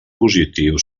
positiu